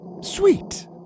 Sweet